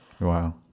wow